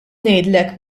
ngħidlek